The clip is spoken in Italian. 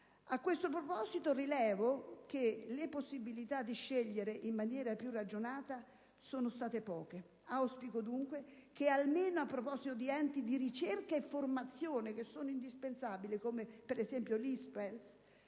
A questo proposito rilevo che le possibilità di scegliere in maniera più ragionata sono state poche. Auspico dunque che almeno gli enti di ricerca e formazione indispensabili, come per esempio l'ISPESL,